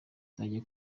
nzajya